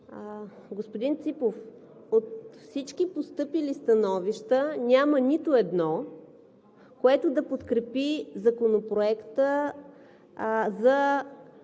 Господин Ципов, от всички постъпили становища няма нито едно, което да подкрепи Законопроекта за